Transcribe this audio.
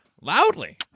Loudly